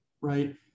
right